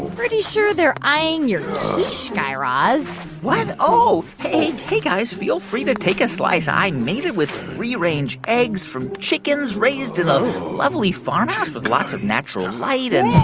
pretty sure they're eyeing your quiche, guy raz what? oh, hey, hey, guys, feel free to take a slice. i made it with free-range eggs from chickens raised in a lovely farmhouse with lots of natural light and.